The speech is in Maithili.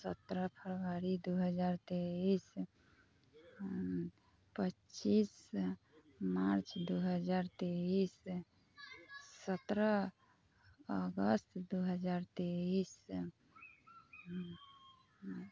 सत्रह फरवरी दू हजार तेइस पच्चीस मार्च दू हजार तेइस सत्रह अगस्त दू हजार तेइस